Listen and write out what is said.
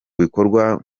bikorwa